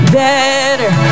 better